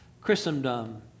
Christendom